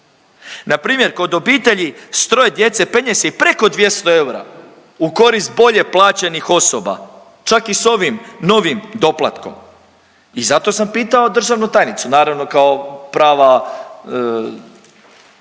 Npr. kod obitelji s troje djece penje se i preko 200 eura u korist bolje plaćenih osoba, čak i s ovim novim doplatkom i zato sam pitao državnu tajnicu, naravno kao prava